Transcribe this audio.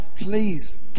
Please